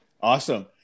Awesome